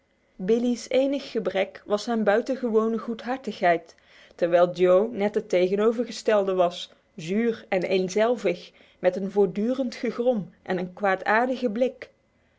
nacht billee's enig gebrek was zijn buitengewone goedhartigheid terwijl joe net het tegenovergestelde was zuur en eenzelvig met een voortdurend gegrom en een kwaadaardige blik